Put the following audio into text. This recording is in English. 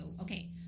okay